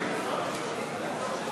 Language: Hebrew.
השרה רגב, את האחרונה.